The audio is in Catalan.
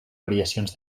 variacions